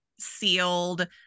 Sealed